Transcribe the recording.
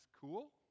cool